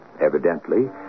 Evidently